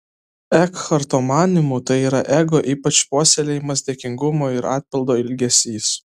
ekharto manymu tai yra ego ypač puoselėjamas dėkingumo ir atpildo ilgesys